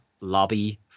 lobby